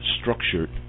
structured